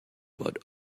about